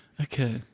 Okay